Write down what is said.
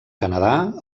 canadà